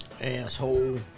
asshole